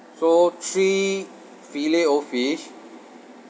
so three fillet o fish